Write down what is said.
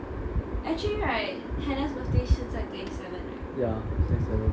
ya twenty seven